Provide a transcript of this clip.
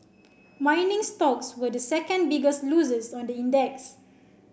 mining stocks were the second biggest losers on the index